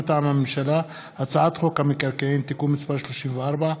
מטעם הממשלה: הצעת חוק המקרקעין (תיקון מס' 34)